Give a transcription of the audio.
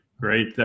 great